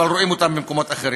אבל רואים אותם במקומות אחרים.